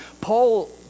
Paul